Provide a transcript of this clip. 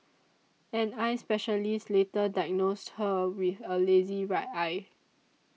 an eye specialist later diagnosed her with a lazy right eye